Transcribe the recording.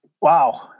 Wow